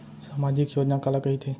सामाजिक योजना काला कहिथे?